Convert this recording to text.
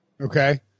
Okay